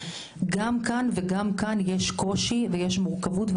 גם כאן וגם כאן יש קושי ויש מורכבות,